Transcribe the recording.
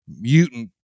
mutant